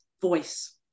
voice